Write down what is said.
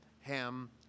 Ham